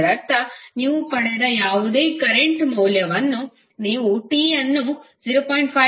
ಇದರರ್ಥ ನೀವು ಪಡೆದ ಯಾವುದೇ ಕರೆಂಟ್ ಮೌಲ್ಯವನ್ನು ನೀವು t ಅನ್ನು 0